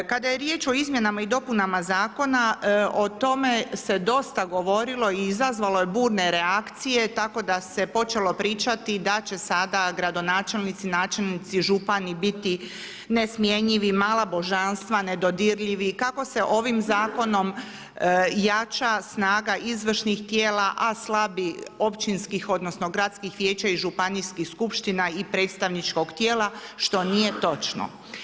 Kada je riječ o izmjenama i dopunama zakona o tome se dosta govorilo i izazvalo je burne reakcije tako da se počelo pričati da će sada gradonačelnici, načelnici i župani biti nesmjenjivi, mala božanstva, nedodirljivi, kako se ovim zakonom jača snaga izvršnih tijela a slabi općinskih, odnosno gradskih vijeća i županijskih skupština i predstavničkog tijela što nije točno.